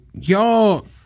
y'all –